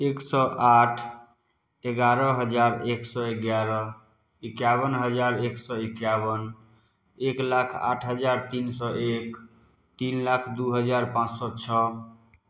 एक सओ आठ एगारह हजार एक सओ एगारह एकावन हजार एक सओ एकावन एक लाख आठ हजार तीन सओ एक तीन लाख दुइ हजार पाँच सओ छओ